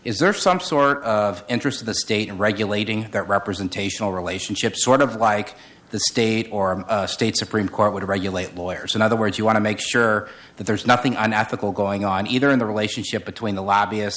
is there some sort of interest of the state and regulating that representational relationship sort of like the state or state supreme court would regulate lawyers in other words you want to make sure that there's nothing unethical going on either in the relationship between the lobbyist